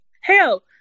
Hell